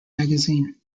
magazine